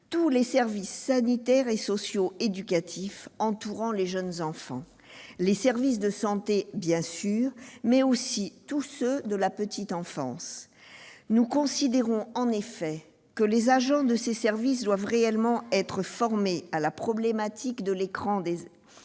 tous les services sanitaires et socio-éducatifs entourant les jeunes enfants : les services de santé, bien sûr, mais aussi ceux de la petite enfance. Nous considérons en effet que les agents de ces services doivent réellement être formés à la problématique de l'impact des